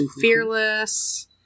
Fearless